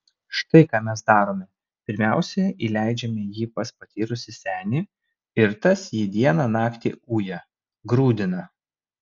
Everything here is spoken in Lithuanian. štai ką mes darome pirmiausia įleidžiame jį pas patyrusį senį ir tas jį dieną naktį uja grūdina